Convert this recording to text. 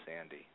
Sandy